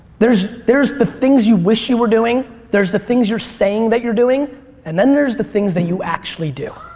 there's there's the things you wish you were doing, there's the things you're saying that you're doing and then there's the things that you actually do.